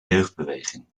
jeugdbeweging